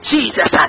Jesus